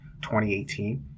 2018